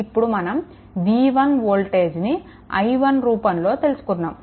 ఇప్పుడు మనం v1 వోల్టేజ్ని i1 రూపంలో తెలుసుకున్నాము